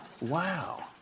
Wow